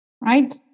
right